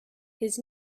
his